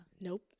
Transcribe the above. nope